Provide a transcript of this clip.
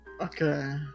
Okay